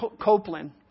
Copeland